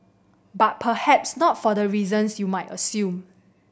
but perhaps not for the reasons you might assume